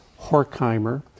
Horkheimer